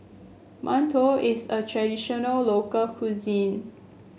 mantou is a traditional local cuisine